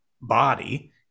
body